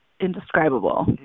indescribable